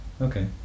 Okay